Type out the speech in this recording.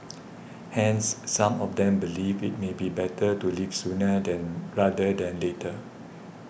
hence some of them believe it may be better to leave sooner than rather than later